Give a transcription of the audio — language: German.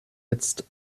jetzt